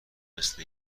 مثل